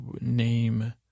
name